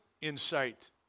insight